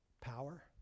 Power